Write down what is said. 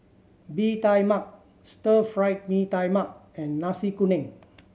Bee Tai Mak Stir Fried Mee Tai Mak and Nasi Kuning